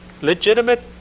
legitimate